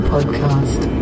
Podcast